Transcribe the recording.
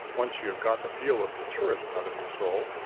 once you have got the feel of the tourist out of your soul.